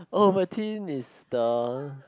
Ovaltine is the